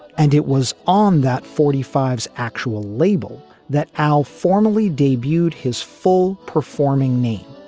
and it was on that forty five s actual label that al formally debuted his full performing name,